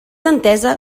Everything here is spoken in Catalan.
entesa